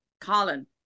Colin